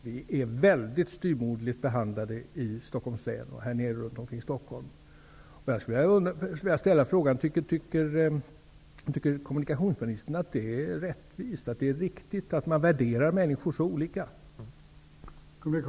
Vi är väldigt styvmoderligt behandlade i Stockholms län och här nere i trakterna runt Tycker kommunikationsministern att det är rättvist och riktigt att man värderar människor så olika?